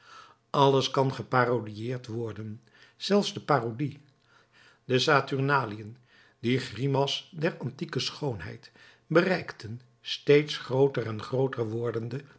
alles kan geparodiëerd worden zelfs de parodie de saturnaliën die grimas der antieke schoonheid bereikten steeds grooter en grooter wordende